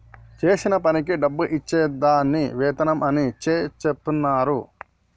చేసిన పనికి డబ్బు ఇచ్చే దాన్ని వేతనం అని చెచెప్తున్నరు